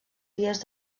dies